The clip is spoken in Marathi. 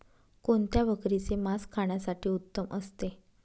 कोणत्या बकरीचे मास खाण्यासाठी उत्तम असते?